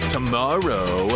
Tomorrow